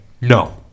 No